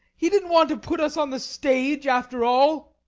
he didn't want to put us on the stage, after all!